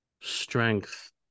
strength